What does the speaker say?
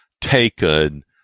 taken